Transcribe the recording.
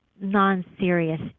non-serious